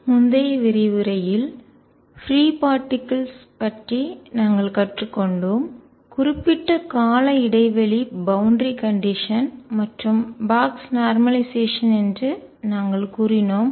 ஒரு உலோகத்தில் எலக்ட்ரான்கள் டென்சிட்டி ஸ்டேட் மற்றும் ஃபெர்மி ஆற்றல் முந்தைய விரிவுரையில் பிரீ பார்ட்டிக்கல் துகள்கள் பற்றி நாங்கள் கற்றுக்கொண்டோம் குறிப்பிட்ட கால இடைவெளி பவுண்டரி கண்டிஷன் எல்லை நிபந்தனை மற்றும் பாக்ஸ் பெட்டி நார்மலைசேஷன் என்று நாங்கள் கூறினோம்